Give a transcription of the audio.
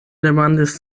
demandis